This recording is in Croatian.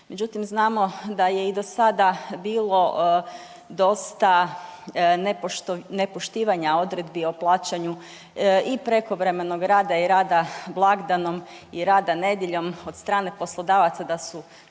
međutim znamo da je i do sada bilo dosta nepoštivanja odredbi o plaćanju i prekovremenog rada i rada blagdanom i rada nedjeljom od strane poslodavaca da su